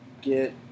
Get